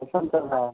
कैसा निकल रहा है